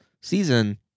season